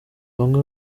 bamwe